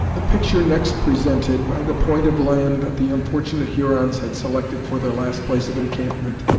the picture next presented, by the point of land that the unfortunate hurons had selected for their last place of encampment,